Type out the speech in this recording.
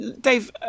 Dave